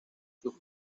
sus